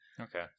Okay